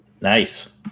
Nice